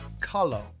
Color